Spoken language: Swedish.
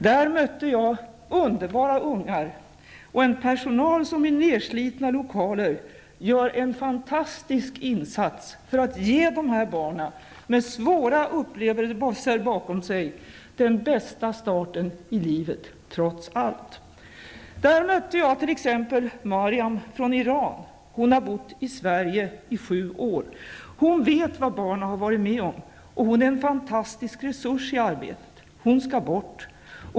Där mötte jag underbara ungar och en personal som i nerslitna lokaler gör en fantastisk insats för att ge dessa barn, med svåra upplevelser bakom sig, den bästa starten i livet -- trots allt. Jag mötte t.ex. Maryam från Iran, som har bott i Sverige i sju år. Hon vet vad barnen har varit med om. Och hon är en fantastisk resurs i arbetet -- hon skall bort.